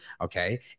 Okay